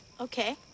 Okay